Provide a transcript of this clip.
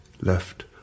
left